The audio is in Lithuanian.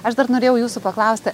aš dar norėjau jūsų paklausti